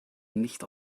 nicht